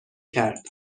کرد